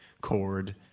chord